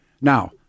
Now